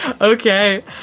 Okay